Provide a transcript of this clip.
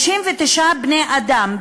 59 בני אדם,